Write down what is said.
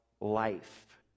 life